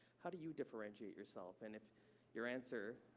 how do you differentiate yourself, and if your answer,